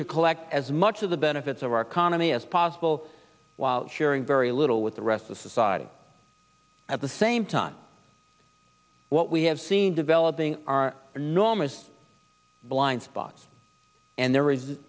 to collect as much of the benefits of our economy as possible while sharing very little with the rest of society at the same time what we have seen developing are normal blind spots and there is